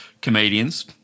comedians